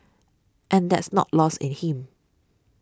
and that's not lost in him